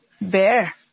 bear